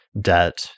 debt